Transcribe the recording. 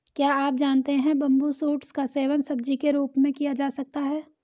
क्या आप जानते है बम्बू शूट्स का सेवन सब्जी के रूप में किया जा सकता है?